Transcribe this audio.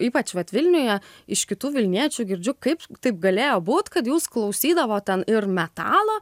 ypač vat vilniuje iš kitų vilniečių girdžiu kaip taip galėjo būt kad jūs klausydavot ten ir metalo